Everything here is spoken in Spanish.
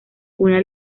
una